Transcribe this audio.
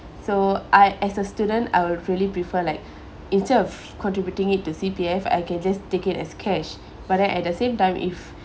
so I as a student I will really prefer like instead of contributing it to C_P_F I can just take its as cash but then at the same time if